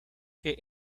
que